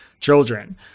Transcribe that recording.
children